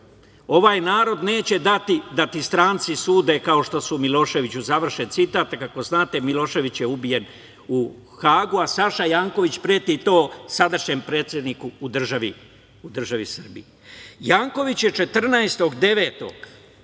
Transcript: ovaj narod neće dati da ti stranci sude kao što su Miloševiću", završen citat. Kao što znate, Milošević je ubijen u Hagu a Saša Janković preti to sadašnjem predsedniku u državi Srbiji. Saša Janković je 14.